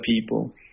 people